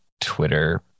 Twitter